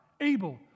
able